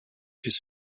his